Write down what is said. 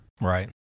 Right